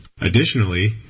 Additionally